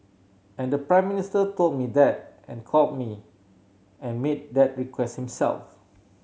and the Prime Minister told me that and called me and made that request himself